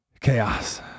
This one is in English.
chaos